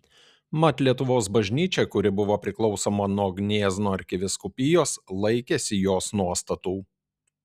mat lietuvos bažnyčia kuri buvo priklausoma nuo gniezno arkivyskupijos laikėsi jos nuostatų